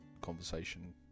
conversation